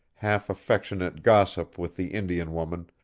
half-affectionate gossip with the indian woman,